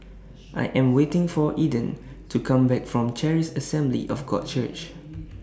I Am waiting For Eden to Come Back from Charis Assembly of God Church